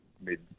mid